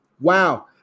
Wow